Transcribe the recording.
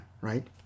right